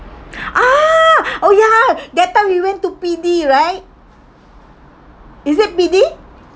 ah oh ya that time we went to P_D right is that P_D